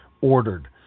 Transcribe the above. ordered